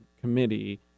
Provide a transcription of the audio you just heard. Committee